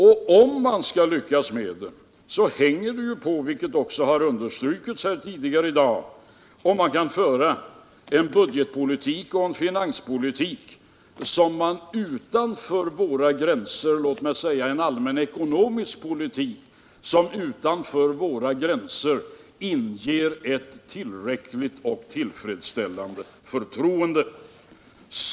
Och om man skall lyckas med detta hänger ju på, vilket också har understrukits här tidigare i dag, om man kan föra en budgetpolitik, en finanspolitik och låt mig säga en allmän ekonomisk politik som utanför vårt lands gränser inger tillräckligt stort förtroende.